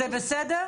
זה בסדר?